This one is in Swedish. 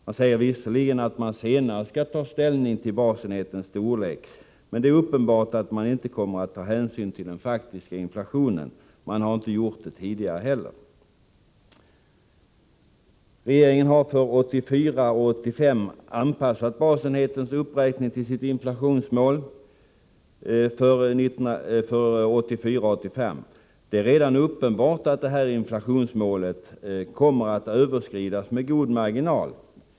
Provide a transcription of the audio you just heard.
Man säger visserligen att man senare skall ta ställning till basenhetens storlek, men det är uppenbart att man inte kommer att ta hänsyn till den faktiska inflationen; det har man inte gjort tidigare heller. Regeringen har för 1984 och 1985 anpassat basenhetens uppräkning till sitt inflationsmål för 1984 och 1985. Det är redan uppenbart att detta inflationsmål kommer att överskridas med god marginal.